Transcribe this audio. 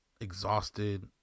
exhausted